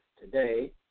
today